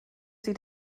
sie